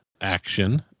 action